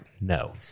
no